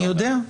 אני יודע,